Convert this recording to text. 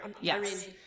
yes